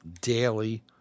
daily